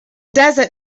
desert